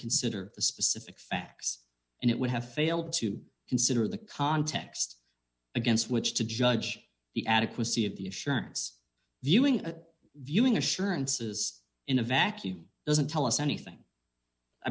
consider the specific facts and it would have failed to consider the context against which to judge the adequacy of the assurance viewing a viewing assurances in a vacuum doesn't tell us anything i